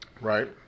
Right